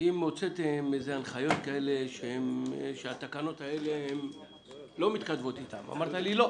האם הוצאתם הנחיות כאלה שהתקנות האלה לא מתכתבות אתן ואמרת לי שלא,